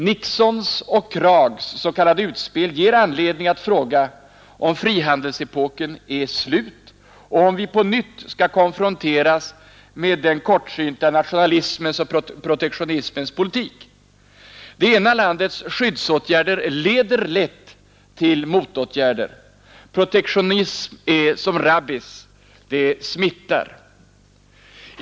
Nixons och Krags s.k. utspel ger anledning att fråga om frihandelsepoken är slut och om vi på nytt skall konfronteras med den kortsynta nationalismens och protektionismens politik. Det ena landets skyddsåtgärder leder lätt till motåtgärder. Protektionism är som rabies, den smittar.